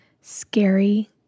scary